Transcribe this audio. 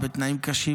בתנאים קשים,